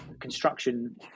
construction